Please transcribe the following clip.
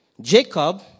Jacob